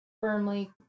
firmly